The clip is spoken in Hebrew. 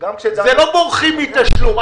לא בורחים מתשלום.